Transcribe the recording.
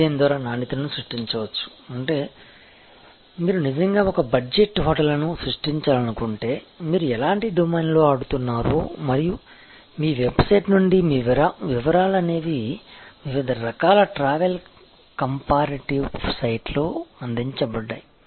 కాబట్టి డిజైన్ ద్వారా నాణ్యతను సృష్టించవచ్చు అంటే మీరు నిజంగా ఒక బడ్జెట్ హోటల్ను సృష్టించాలనుకుంటే మీరు ఎలాంటి డొమైన్లో ఆడుతున్నారో మరియు మీ వెబ్సైట్ నుండి మీ వివరాలు అనేవి వివిధ రకాల ట్రావెల్ కంపారిటివ్ సైట్ లలో అందించబడ్డాయి